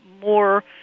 more